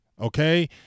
Okay